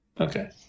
Okay